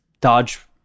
dodge